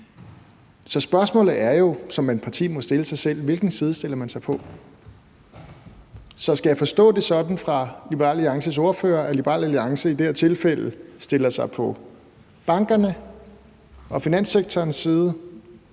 Så spørgsmålet, som man som parti må stille sig selv, er jo: Hvilken side stiller man sig på? Så skal jeg forstå Liberal Alliances ordfører sådan, at Liberal Alliance i det her tilfælde stiller sig på bankernes og finanssektorens side,